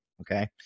okay